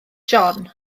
john